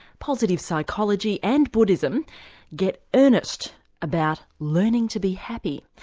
positive psychology, and buddhism get earnest about learning to be happy.